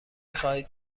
خواهید